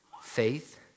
faith